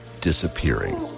disappearing